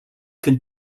can